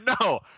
No